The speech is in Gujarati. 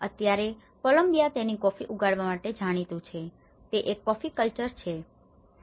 અત્યારે કોલમ્બિયા તેની કોફી ઉગાડવા માટે જાણીતું છે તે એક કોફી કલ્ચર culture સંસ્કૃતિ છે